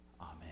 Amen